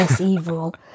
evil